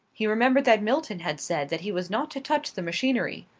he remembered that milton had said that he was not to touch the machinery.